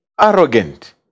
arrogant